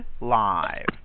live